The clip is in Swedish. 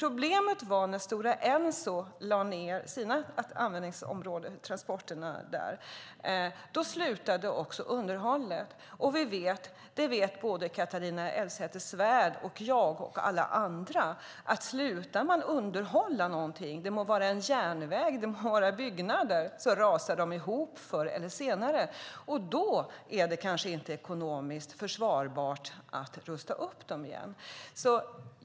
Problemet var när Stora Enso lade ned sina transporter där. Då upphörde också underhållet, och det vet såväl Catharina Elmsäter-Svärd och jag som alla andra: Slutar man underhålla någonting - det må vara en järnväg, eller det må vara byggnader - rasar de ihop förr eller senare. Då är det kanske inte ekonomiskt försvarbart att rusta upp dem igen.